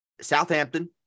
Southampton